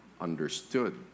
understood